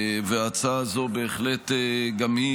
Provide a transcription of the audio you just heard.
וההצעה הזו בהחלט גם היא